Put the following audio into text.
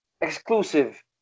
exclusive